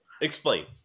Explain